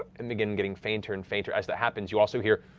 and begin getting fainter and fainter. as that happens, you also hear